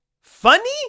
Funny